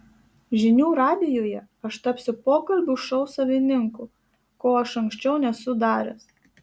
žinių radijuje aš tapsiu pokalbių šou savininku ko aš anksčiau nesu daręs